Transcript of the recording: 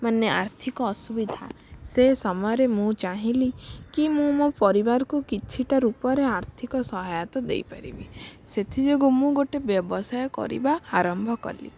ମାନେ ଆର୍ଥିକ ଅସୁବିଧା ସେ ସମୟରେ ମୁଁ ଚାହିଁଲି କି ମୁଁ ମୋ ପରିବାରକୁ କିଛିଟା ରୂପରେ ଆର୍ଥିକ ସହାୟତା ଦେଇପାରିବି ସେଥିଯୋଗୁଁ ମୁଁ ଗୋଟେ ବ୍ୟବସାୟ କରିବା ଆରମ୍ଭ କଲି